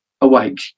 awake